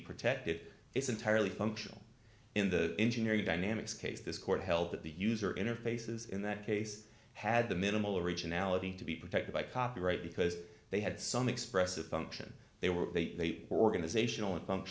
protected it's entirely functional in the engineering dynamics case this court held that the user interfaces in that case had the minimal originality to be protected by copyright because they had some expressive function they were they organizational